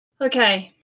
okay